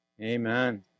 Amen